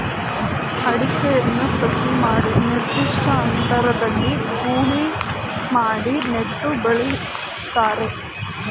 ಅಡಿಕೆಯನ್ನು ಸಸಿ ಮಾಡಿ ನಿರ್ದಿಷ್ಟ ಅಂತರದಲ್ಲಿ ಗೂಳಿ ಮಾಡಿ ನೆಟ್ಟು ಬೆಳಿತಾರೆ